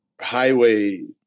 highway